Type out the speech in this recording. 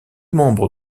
membres